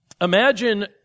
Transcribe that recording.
imagine